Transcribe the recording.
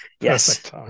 Yes